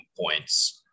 points